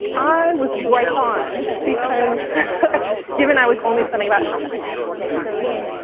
i was right on, because given i was only spending about half my time working on the game,